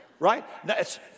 right